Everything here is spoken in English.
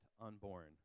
unborn